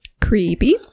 Creepy